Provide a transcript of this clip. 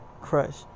crush